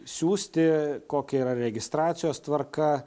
siųsti kokia yra registracijos tvarka